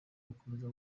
gukomeza